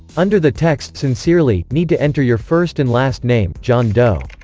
under the text sincerely, need to enter your first and last name john doe